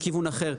מכיוון אחר.